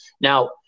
Now